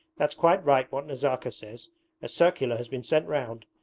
that's quite right what nazarka says a circular has been sent round.